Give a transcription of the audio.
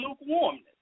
lukewarmness